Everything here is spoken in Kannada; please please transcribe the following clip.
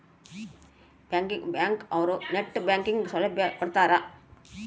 ಬ್ಯಾಂಕ್ ಅವ್ರು ನೆಟ್ ಬ್ಯಾಂಕಿಂಗ್ ಸೌಲಭ್ಯ ಕೊಡ್ತಾರ